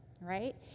right